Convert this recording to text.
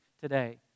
today